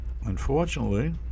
Unfortunately